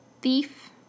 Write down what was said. thief